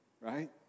right